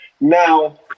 Now